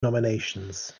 nominations